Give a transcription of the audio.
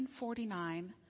1949